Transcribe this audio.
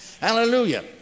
hallelujah